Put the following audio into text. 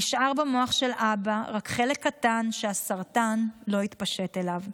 נשאר במוח של אבא רק חלק קטן שהסרטן לא התפשט אליו.